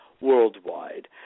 worldwide